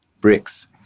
Bricks